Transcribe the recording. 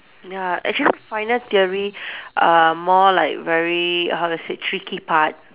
ya actually final theory are more like very how to say tricky part